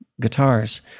guitars